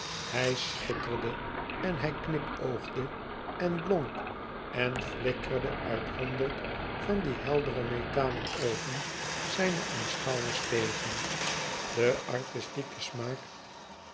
hij schitterde en hij knipoogde en blonk en flikkerde uit honderd van die heldere metalen oogen zijne aanschouwers tegen de artistieke smaak